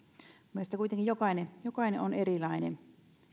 meistä kuitenkin jokainen jokainen on erilainen